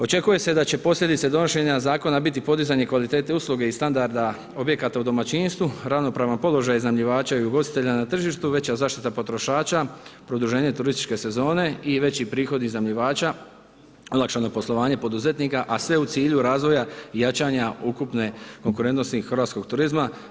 Očekuje se da će posljedice donošenja zakona biti podizanje kvalitete usluge i standarda objekata u domaćinstvu, ravnopravan položaj iznajmljivača i ugostitelja na tržištu, veća zaštita potrošača, produženje turističke sezone i veći prihodi iznajmljivača, olakšano poslovanje poduzetnika, a sve u cilju razvoja i jačanje ukupne konkurentnosti hrvatskog turizma.